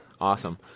Awesome